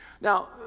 Now